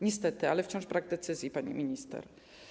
Niestety wciąż brak decyzji, pani minister.